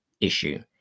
issue